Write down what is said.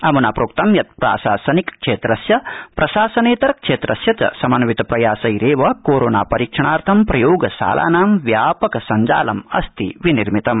अम्ना प्रोक्तं यत् प्रशासनिक क्षम्रिक्य प्रशासनत्ति क्षम्रिक्य च समन्वित प्रयासत्वि कोरोना परीक्षणार्थं प्रयोगशालानां व्यापक संजालमस्ति निर्मितम्